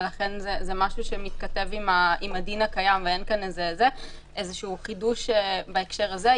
ולכן זה משהו שמתכתב עם הדין הקיים ואין כאן איזשהו חידוש בהקשר זה.